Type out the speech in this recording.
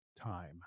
time